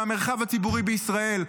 מהמרחב הציבורי בישראל.